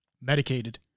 Medicated